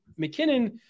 McKinnon